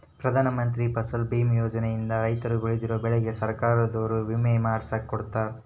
ಪ್ರಧಾನ ಮಂತ್ರಿ ಫಸಲ್ ಬಿಮಾ ಯೋಜನೆ ಇಂದ ರೈತರು ಬೆಳ್ದಿರೋ ಬೆಳೆಗೆ ಸರ್ಕಾರದೊರು ವಿಮೆ ಮಾಡ್ಸಿ ಕೊಡ್ತಾರ